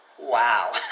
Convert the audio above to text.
Wow